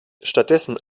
stattdessen